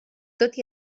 tot